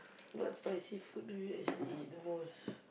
what spicy food do you actually eat the most